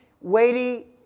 weighty